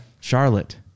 Charlotte